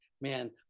man